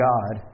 God